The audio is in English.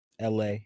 LA